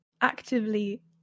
actively